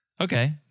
Okay